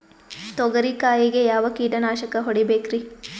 ತೊಗರಿ ಕಾಯಿಗೆ ಯಾವ ಕೀಟನಾಶಕ ಹೊಡಿಬೇಕರಿ?